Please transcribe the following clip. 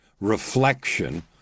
reflection